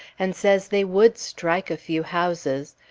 and says they would strike a few houses,